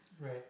Right